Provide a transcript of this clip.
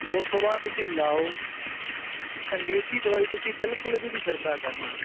ਉਸ ਤੋਂ ਬਾਅਦ ਤੁਸੀਂ ਲਾਓ ਅੰਗਰੇਜ਼ੀ ਦਵਾਈ ਤੁਸੀਂ ਬਿਲਕੁਲ ਵੀ ਨਹੀਂ ਛਿੜਕਾ ਕਰਨਾ